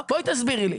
בואי תסבירי לי.